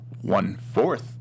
one-fourth